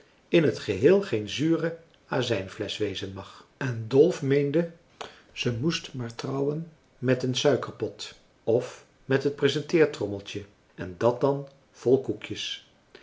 in het geheel geen zure azijnflesch wezen mag en dolf meende ze moest maar trouwen met den suikerpot of met het presenteertrommeltje en dat dan vol koekjes